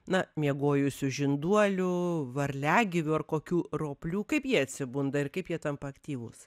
na miegojusių žinduolių varliagyvių ar kokių roplių kaip jie atsibunda ir kaip jie tampa aktyvūs